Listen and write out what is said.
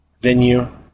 venue